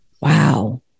Wow